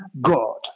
god